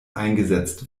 eingesetzt